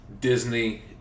Disney